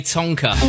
Tonka